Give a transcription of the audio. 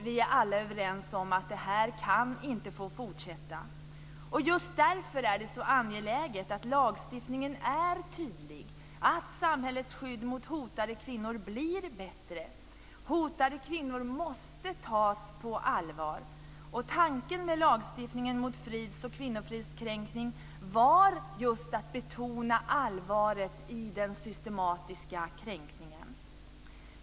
Vi är alla överens om att detta inte kan få fortsätta. Just därför är det så angeläget att lagstiftningen är tydlig och att samhällets skydd för hotade kvinnor blir bättre. Hotade kvinnor måste tas på allvar. Tanken med lagstiftningen mot frids och kvinnofridskränkning var just att betona allvaret i den systematiska kränkningen.